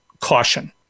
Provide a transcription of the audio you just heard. caution